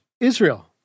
Israel